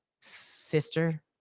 sister